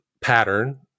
pattern